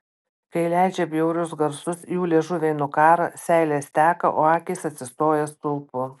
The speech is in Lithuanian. kai leidžia bjaurius garsus jų liežuviai nukąrą seilės teka o akys atsistoja stulpu